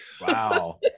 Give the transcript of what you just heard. Wow